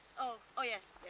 oh, oh, yes,